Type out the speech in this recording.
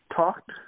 talked